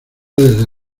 desde